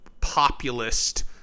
populist